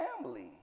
family